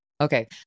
Okay